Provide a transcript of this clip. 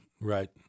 Right